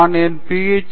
நான் என் Ph